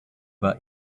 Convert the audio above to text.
war